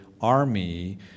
army